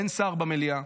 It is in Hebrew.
אין שר במליאה.